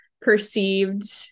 perceived